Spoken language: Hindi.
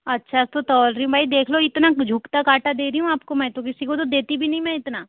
अच्छा तो तौल रही हूँ मै देख लो ये इतना झुकता काँटा दे रही हूँ आप को मैं तो किसी को देती भी नहीं मैं इतना